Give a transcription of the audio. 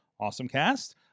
awesomecast